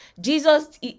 Jesus